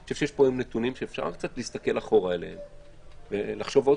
יש פה נתונים שאפשר להסתכל אחורה עליהם ולחשוב שוב.